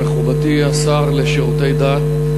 מכובדי השר לשירותי דת,